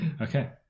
Okay